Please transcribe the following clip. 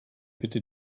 bitte